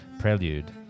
prelude